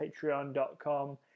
patreon.com